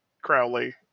Crowley